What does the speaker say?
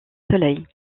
soleil